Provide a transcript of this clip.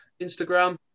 Instagram